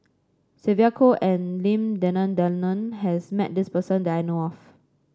Sylvia Kho and Lim Denan Denon has met this person that I know of